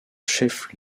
chef